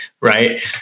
Right